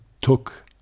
took